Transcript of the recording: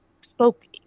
spoke